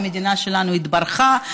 והמדינה שלנו התברכה,